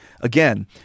again